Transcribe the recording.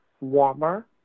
warmer